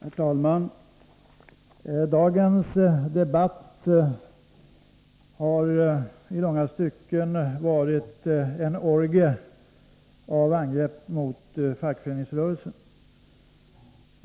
Herr talman! Dagens debatt har i långa stycken varit en orgie i angrepp mot fackföreningsrörelsen.